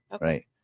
right